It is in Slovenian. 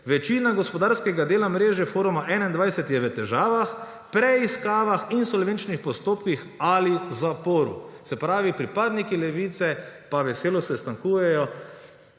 »Večina gospodarskega dela mreže Foruma 21 je v težavah, preiskavah, insolvenčnih postopkih ali zaporu.« Se pravi, pripadniki Levice pa veselo sestankujejo